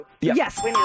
Yes